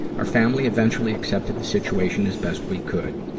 our family eventually accepted the situation as best we could.